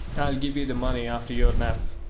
i'll give you the money after your nap.